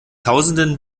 tausenden